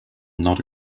not